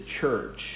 church